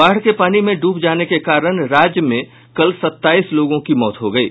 बाढ़ के पानी में डूब जाने के कारण राज्य में कल सत्ताईस लोगों की मौत हो गयी